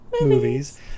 movies